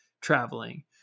traveling